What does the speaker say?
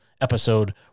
episode